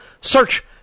Search